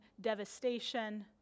devastation